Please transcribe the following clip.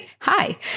Hi